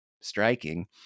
striking